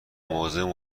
موضوع